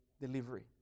delivery